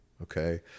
Okay